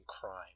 crime